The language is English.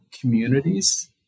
communities